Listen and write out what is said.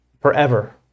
forever